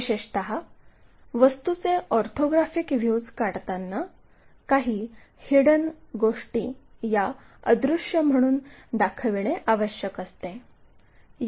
विशेषत वस्तूचे orthographic views काढताना काही हिडन गोष्टी या अदृश्य म्हणून दाखवणे आवश्यक असते